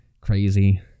crazy